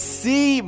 see